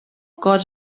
cos